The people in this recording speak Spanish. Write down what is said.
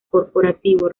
corporativo